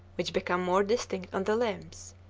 which become more distinct on the limbs.